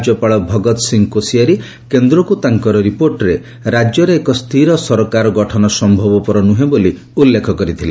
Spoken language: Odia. ରାଜ୍ୟପାଳ ଭଗତ ସିଂ କୋଶିଆରୀ କେନ୍ଦ୍ରକୁ ତାଙ୍କର ରିପୋର୍ଟରେ ରାଜ୍ୟରେ ଏକ ସ୍ଥିର ସରକାର ଗଠନ ସମ୍ଭବପର ନୁହେଁ ବୋଲି ଉଲ୍ଲେଖ କରିଥିଲେ